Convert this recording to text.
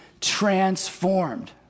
transformed